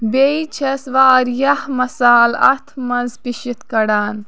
بیٚیہِ چھَس واریاہ مَسالہٕ اَتھ منٛز پیٖسِتھ کَڑان